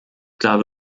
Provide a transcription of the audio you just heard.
glaube